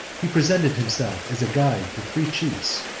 he presented himself as a guide to three chiefs,